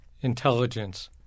intelligence